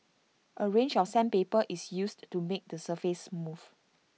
A range of sandpaper is used to make the surface smooth